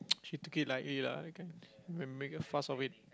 she took it lightly lah you can make make a fuss out of it